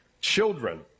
children